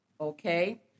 Okay